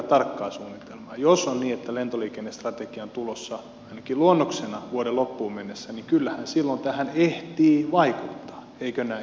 jos on niin että lentoliikennestrategia on tulossa ainakin luonnoksena vuoden loppuun mennessä niin kyllähän silloin tähän ehtii vaikuttaa eikö näin